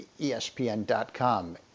ESPN.com